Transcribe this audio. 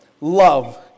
Love